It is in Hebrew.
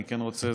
אני רוצה,